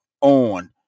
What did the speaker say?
on